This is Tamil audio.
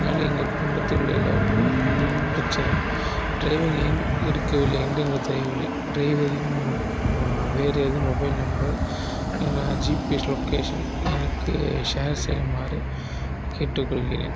அதனால் எங்கள் குடும்பத்தில் எல்லாருக்கும் பிரச்சனை டிரைவர் ஏன் எடுக்கவில்லை என்று எங்களுக்கு தெரியவில்லை டிரைவரின் வேறு ஏதும் மொபைல் நம்பர் இல்லை ஜிபிஎஸ் லொக்கேஷன் எனக்கு ஷேர் செய்யுமாறு கேட்டுக்கொள்கிறேன்